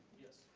yes.